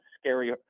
scary